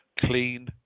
clean